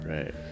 Right